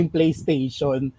PlayStation